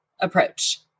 approach